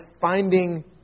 finding